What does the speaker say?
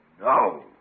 no